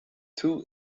two